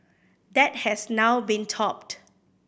that has now been topped